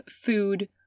food